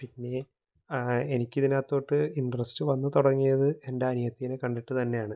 പിന്നേ എനിക്കിതിനകത്തോട്ട് ഇൻട്രസ്റ്റ് വന്ന് തുടങ്ങിയത് എൻ്റനിയത്തീനെ കണ്ടിട്ട് തന്നെയാണ്